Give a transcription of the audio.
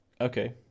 Okay